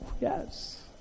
yes